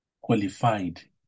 qualified